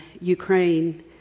Ukraine